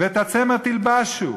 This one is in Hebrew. "ואת הצמר תלבשו,